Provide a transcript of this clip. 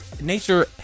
nature